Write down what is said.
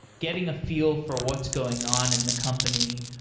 getting a feel for what's going on in the company,